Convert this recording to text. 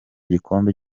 gikombe